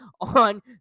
on